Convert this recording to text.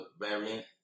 variant